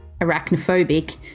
arachnophobic